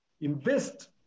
invest